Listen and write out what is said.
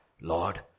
Lord